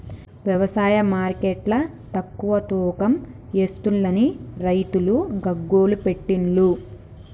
వ్యవసాయ మార్కెట్ల తక్కువ తూకం ఎస్తుంలని రైతులు గగ్గోలు పెట్టిన్లు